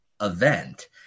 event